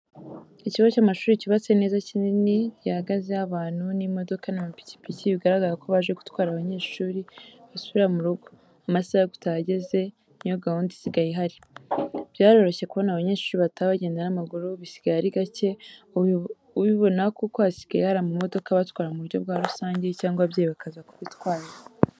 Ikigo cy'amashuri cyubatse neza kinini hahagaze abantu n'imodoka n'amikipiki bigaragara ko baje gutwara abanyeshuri basubira mu rugo amasaha yo gutaha ageze ni yo gahunda isigaye ihari, byaroroshye kubona abanyeshuri bataha bagenda n'amaguru bisigaye ari gake ubibona kuko hasigaye hari amamodoka abatwara mu buryo bwa rusange cyangwa ababyeyi bakaza kubitwarira.